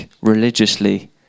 religiously